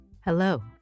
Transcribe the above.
Hello